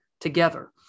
together